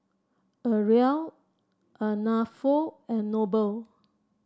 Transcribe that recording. Ariella Arnulfo and Noble